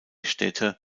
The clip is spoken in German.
städte